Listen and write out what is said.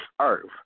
earth